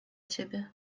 ciebie